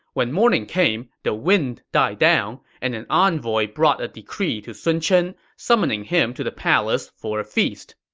when morning came, the wind died down, and an envoy brought a decree to sun chen, summoning him to the palace for a feast.